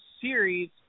Series